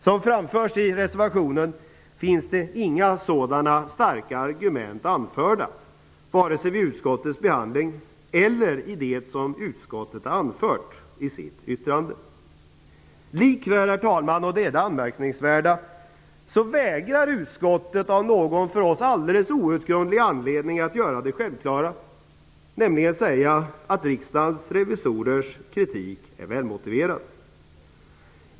Som framförs i reservationen så finns det inga sådana starka argument anförda vare sig vid utskottets behandling eller i det som utskottet anför i sitt yttrande. Likväl, herr talman, och det är det anmärkningsvärda, så vägrar utskottet av någon för oss alldeles outgrundlig anledning att göra det självklara: säga att Riksdagens revisorers kritik är välmotiverad.